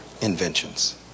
inventions